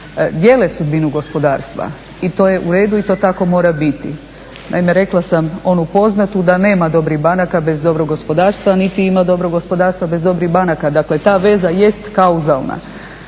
dijele sudbinu gospodarstva i to je uredu i to tako mora biti. Naime, rekla sam onu poznatu da nema dobrih banaka bez gospodarstva niti ima dobrog gospodarstva bez dobrih banaka, dakle ta veza jest kauzalna.